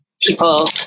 people